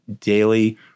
daily